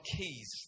keys